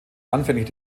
anfänglich